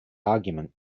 argument